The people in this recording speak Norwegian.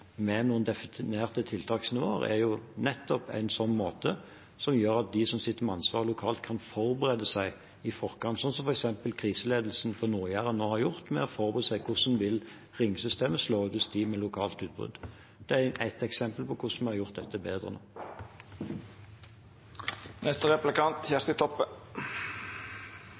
med noen definerte tiltaksnivåer, er jo nettopp en sånn måte som gjør at de som sitter med ansvar lokalt, kan forberede seg i forkant. Det har f.eks. kriseledelsen på Nord-Jæren nå gjort ved å forutse hvordan ringsystemet vil slå ut hos dem med lokalt utbrudd. Det er ett eksempel på hvordan vi har gjort dette